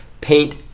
paint